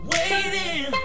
Waiting